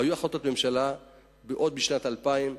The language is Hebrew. היו החלטות ממשלה עוד בשנת 2000,